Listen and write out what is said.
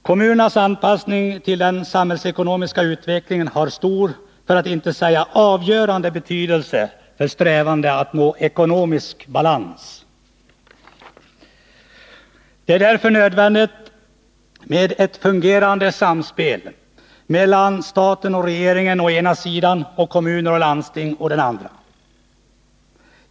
Kommunernas anpassning till den samhällsekonomiska utvecklingen har stor, för att inte säga avgörande, betydelse för strävandena att nå ekonomisk balans. Det är därför nödvändigt med ett fungerande samspel mellan staten och regeringen å ena sidan och kommunerna och landstingen å den andra.